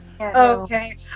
Okay